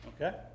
Okay